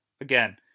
again